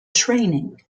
training